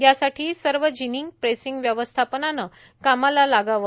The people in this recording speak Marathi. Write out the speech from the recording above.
यासाठी सर्व जिनिंग प्रेसींग व्यवस्थापनाने कामाला लागावे